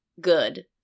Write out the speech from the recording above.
good